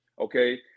Okay